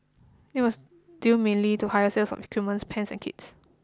it was due mainly to higher sales of equipment pans and kits